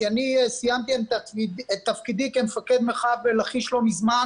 כי אני סיימתי את תפקידי כמפקד מרחב לכיש לא מזמן